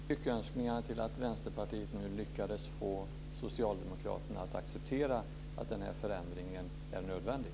Fru talman! Jag vill instämma i lyckönskningarna till att Vänsterpartiet nu lyckades få socialdemokraterna att acceptera att den här förändringen är nödvändig.